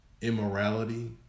Immorality